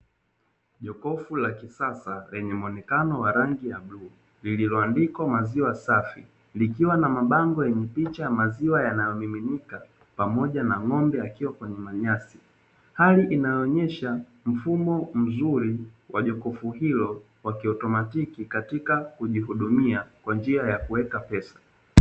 Jokofu la kisasa lenye mwonekano wa rangi ya bluu, lililoandikwa maziwa safi, likiwa na mabango yenye picha ya maziwa yanayomiminika, pamoja na ng'ombe akiwa kwenye manyasi. Hali inayoonyesha mfumo mzuri wa jokofu hilo wa kiatomatiki katika kujihudumia kwa njia ya kuweka pesa.